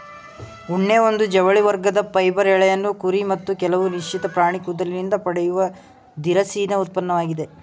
ಉಣ್ಣೆ ಒಂದು ಜವಳಿ ವರ್ಗದ ಫೈಬರ್ ಎಳೆಯನ್ನು ಕುರಿ ಮತ್ತು ಕೆಲವು ನಿಶ್ಚಿತ ಪ್ರಾಣಿ ಕೂದಲಿಂದ ಪಡೆಯುವ ದಿರಸಿನ ಉತ್ಪನ್ನವಾಗಿದೆ